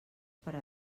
per